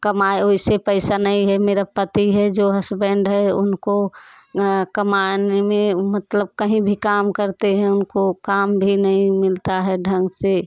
कमाए वैसे पैसा नहीं है मेरा पति है जो हस्बैंड है उनको कमाने में मतलब कहीं भी काम करते है उनको काम भी नहीं मिलता है ढंग से